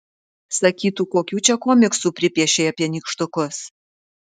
sakytų kokių čia komiksų pripiešei apie nykštukus